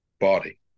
body